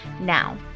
Now